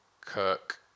Kirk